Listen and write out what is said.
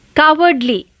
cowardly